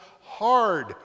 hard